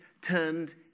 turned